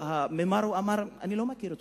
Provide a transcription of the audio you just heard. וההוא אמר: אני לא מכיר אותך.